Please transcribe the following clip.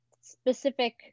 specific